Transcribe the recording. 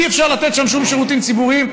אי-אפשר לתת שם שום שירותים ציבוריים,